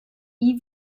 nie